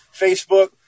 Facebook